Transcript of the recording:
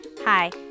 Hi